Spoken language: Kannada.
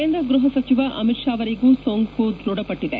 ಕೇಂದ್ರ ಗೃಹ ಸಚಿವ ಅಮಿತ್ ಶಾ ಅವರಿಗೆ ಕೊರೊನಾ ಸೋಂಕು ದೃಢಪಟ್ಟಿದೆ